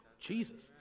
Jesus